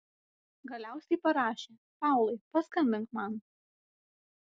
galiausiai parašė paulai paskambink man